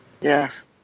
Yes